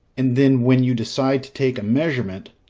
and then, when you decide to take a measurement,